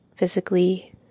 physically